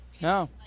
No